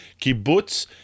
kibbutz